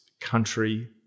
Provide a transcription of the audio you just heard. country